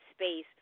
space